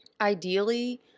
Ideally